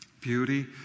Beauty